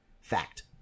Fact